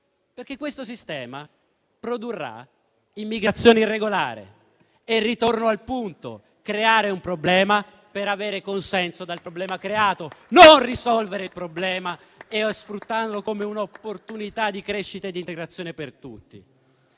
perché questo sistema produrrà immigrazione irregolare. Ritorno al punto: creare un problema per avere consenso dal problema creato e non risolverlo, ma sfruttarlo come un'opportunità di crescita ed integrazione per tutti.